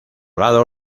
lado